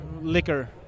liquor